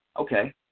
Okay